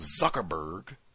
Zuckerberg